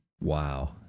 Wow